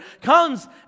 comes